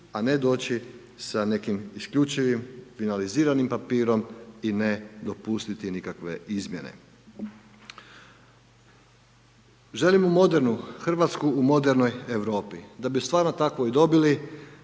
a ne doći sa nekim isključivim, finaliziranim papirom i ne dopustiti nikakve izmjene. Želimo modernu Hrvatsku u modernoj Europi, da bi stvarno tako i dobili,